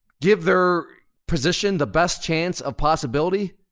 give their position the best chance of possibility?